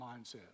mindset